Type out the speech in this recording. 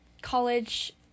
college